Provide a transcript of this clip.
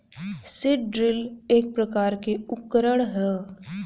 seed drill एक प्रकार के उकरण ह